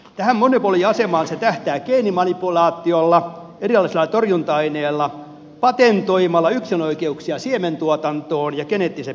tähän monopoliasemaan se tähtää geenimanipulaatiolla erilaisilla torjunta aineilla patentoimalla yksinoikeuksia siementuotantoon ja geneettiseen perimään